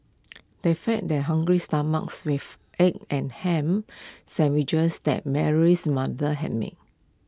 they fed their hungry stomachs with egg and Ham Sandwiches that Mary's mother had made